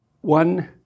One